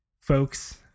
folks